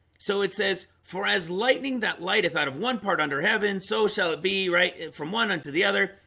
so it says for as lightning that light is out of one part under heaven so shall it be right from one unto the other?